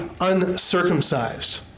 uncircumcised